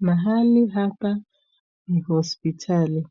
Mahali hapa ni hospitali.